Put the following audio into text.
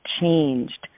changed